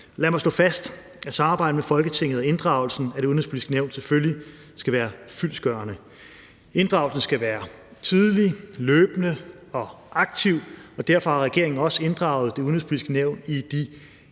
Lad mig slå fast, at samarbejdet med Folketinget og inddragelsen af Det Udenrigspolitiske Nævn selvfølgelig skal være fyldestgørende. Inddragelsen skal ske tidligt, løbende og aktivt, og derfor har regeringen også inddraget Det Udenrigspolitiske Nævn i de